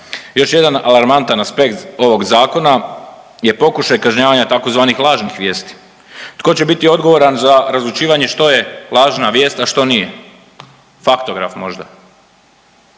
Još jedan alarmantan aspekt ovog zakona je pokušaj kažnjavanja tzv. lažnih vijesti. Tko će biti odgovoran za razlučivanje što je lažna vijest, a što nije. Faktograf možda?